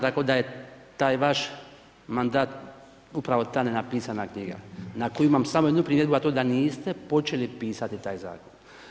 Tako da je taj vaš mandat upravo ta nenapisana knjiga na koju imam samo jednu primjedbu, a to je da niste počeli pisati taj zakon.